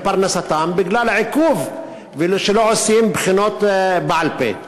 ופרנסתם מתעכבת בגלל שלא עושים בחינות בעל-פה.